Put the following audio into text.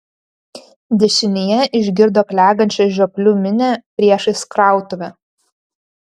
dešinėje išgirdo klegančią žioplių minią priešais krautuvę